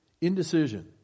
indecision